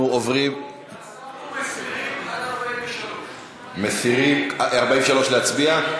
אנחנו מסירים עד 43. 43, להצביע?